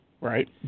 Right